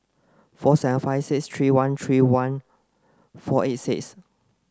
four seven five six three one three one four eight six